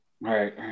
right